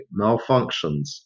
malfunctions